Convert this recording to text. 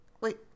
wait